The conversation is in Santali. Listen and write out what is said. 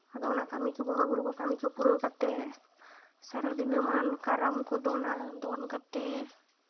ᱟᱫᱚ ᱚᱱᱟ ᱠᱟᱹᱢᱤ ᱠᱚ ᱵᱚᱸᱜᱟᱼᱵᱩᱨᱩ ᱠᱚ ᱠᱟᱹᱢᱤ ᱠᱚ ᱯᱩᱨᱟᱹᱣ ᱠᱟᱛᱮᱫ ᱥᱟᱨᱟᱫᱤᱱᱟᱹᱢᱟᱱ ᱠᱟᱨᱟᱢ ᱠᱚ ᱫᱚᱱᱟ ᱫᱚᱱ ᱠᱟᱛᱮᱫ